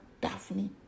Daphne